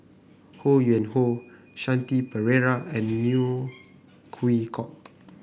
Ho Yuen Hoe Shanti Pereira and Neo Chwee Kok